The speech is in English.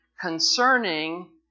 concerning